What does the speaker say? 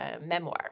memoir